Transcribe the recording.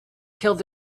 killed